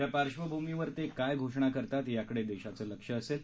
त्या पार्श्वभूमीवर ते काय घोषणा करतात याकडे देशाचे लक्ष लागले आहे